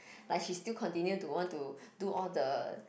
like she still continue to want to do all the